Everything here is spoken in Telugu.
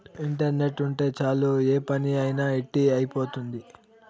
ఇంటర్నెట్ ఉంటే చాలు ఏ పని అయినా ఇట్టి అయిపోతుంది